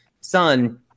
son